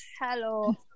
Hello